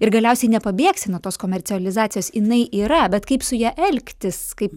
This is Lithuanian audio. ir galiausiai nepabėgsi nuo tos komercializacijos jinai yra bet kaip su ja elgtis kaip